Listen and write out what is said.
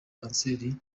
kanseri